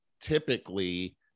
typically